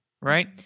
right